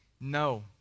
No